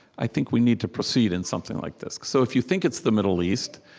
i think we need to proceed, in something like this. so if you think it's the middle east,